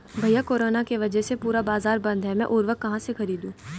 भैया कोरोना के वजह से पूरा बाजार बंद है मैं उर्वक कहां से खरीदू?